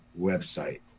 website